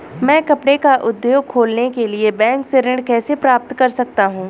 मैं कपड़े का उद्योग खोलने के लिए बैंक से ऋण कैसे प्राप्त कर सकता हूँ?